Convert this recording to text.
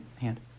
hand